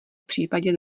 případě